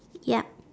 ya